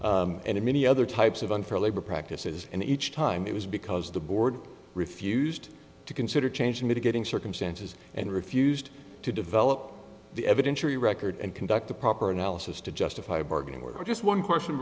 here and in many other types of unfair labor practices and each time it was because the board refused to consider changing mitigating circumstances and refused to develop the evidence or your record and conduct the proper analysis to justify bargaining or just one question